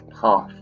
path